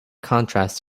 contrast